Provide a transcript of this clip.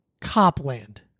Copland